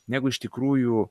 negu iš tikrųjų